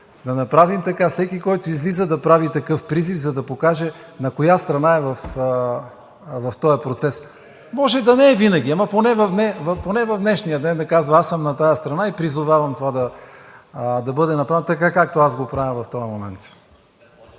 да направим така – всеки, който излиза, да прави такъв призив, за да покаже на коя страна е в този процес. Може да не е винаги, ама поне в днешния ден да казва: аз съм на тази страна и призовавам това да бъде направено, така както аз го правя в този момент.